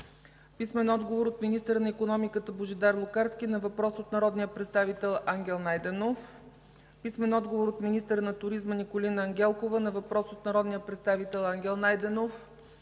Найденов. - от министъра на икономиката Божидар Лукарски на въпрос от народния представител Ангел Найденов; - от министъра на туризма Николина Ангелкова на въпрос от народния представител Ангел Найденов;